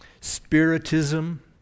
Spiritism